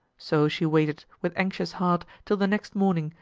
so she waited, with anxious heart, till the next morning,